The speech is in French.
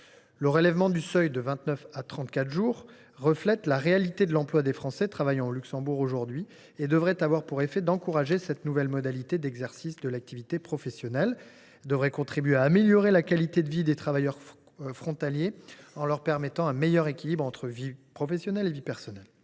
Le relèvement du seuil de 29 à 34 jours reflète la réalité de l’emploi des Français travaillant au Luxembourg aujourd’hui et devrait avoir pour effet d’encourager cette nouvelle modalité d’exercice de l’activité professionnelle. La mesure devrait contribuer à améliorer la qualité de vie des travailleurs frontaliers en leur permettant un meilleur équilibre entre vie professionnelle et vie personnelle.